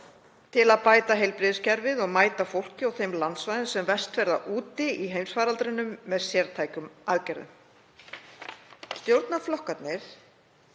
til að bæta heilbrigðiskerfið og mæta fólki og þeim landsvæðum sem verst verða úti í heimsfaraldrinum með sértækum aðgerðum. Stjórnarflokkarnir